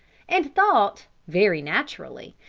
and thought, very naturally,